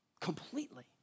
completely